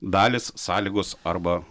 dalys sąlygos arba